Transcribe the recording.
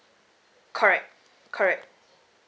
correct correct